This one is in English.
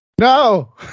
no